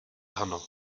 ano